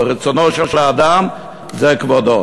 ורצונו של האדם זה כבודו.